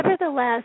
nevertheless